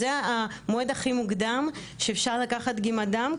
זה המועד הכי מוקדם שאפשר לקחת דגימת דם,